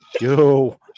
yo